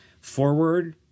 forward